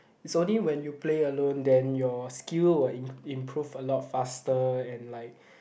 it's only when you play alone then your skill will im~ improve a lot faster and like